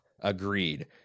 agreed